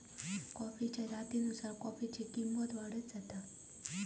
कॉफीच्या जातीनुसार कॉफीची किंमत वाढत जाता